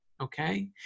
okay